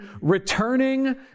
returning